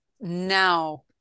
now